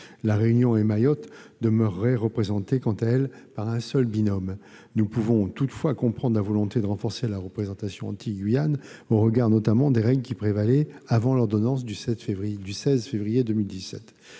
La Réunion et Mayotte demeureraient représentées, quant à elles, par un seul binôme. Nous pouvons toutefois comprendre la volonté de renforcer la représentation de l'interrégion Antilles-Guyane, au regard notamment des règles qui prévalaient avant l'ordonnance du 16 février 2017